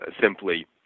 simply